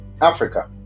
Africa